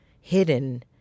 hidden